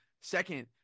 Second